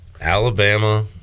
alabama